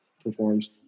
performs